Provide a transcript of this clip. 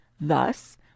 Thus